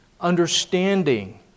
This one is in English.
understanding